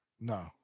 No